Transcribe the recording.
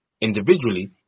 individually